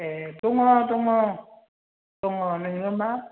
ए दङ दङ दङ नोङो मा